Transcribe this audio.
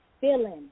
feeling